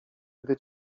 gdy